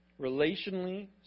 relationally